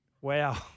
Wow